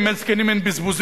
אם אין זקנים אין בזבוזים,